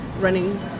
Running